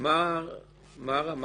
מה הוא מרגיש.